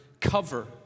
cover